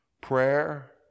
Prayer